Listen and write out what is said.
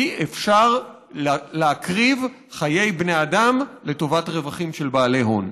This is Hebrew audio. אי-אפשר להקריב חיי בני אדם לטובת רווחים של בעלי הון.